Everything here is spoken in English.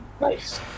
Nice